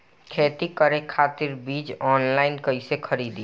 खेती करे खातिर बीज ऑनलाइन कइसे खरीदी?